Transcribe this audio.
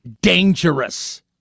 dangerous